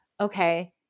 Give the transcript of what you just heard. okay